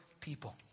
people